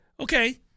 Okay